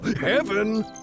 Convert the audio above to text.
Heaven